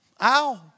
Ow